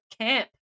camp